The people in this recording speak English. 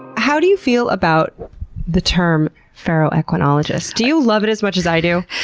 how do you feel about the term ferroequinologist? do you love it as much as i do?